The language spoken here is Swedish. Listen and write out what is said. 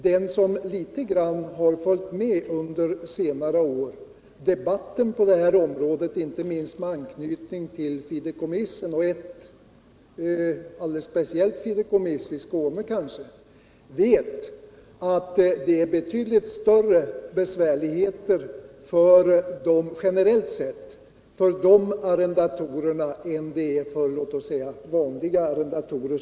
Den som under senare år följt med litet grand i debatten på det här området —- inte minst med anknytning tll fiderikommissen och kanske särskilt ett speciellt fideikommiss i Skåne — vet att det är betydligt större svårigheter generellt set för arrendatorer under fideikommiss än för vanliga arrendatorer.